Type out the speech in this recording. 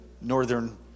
northern